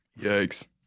Yikes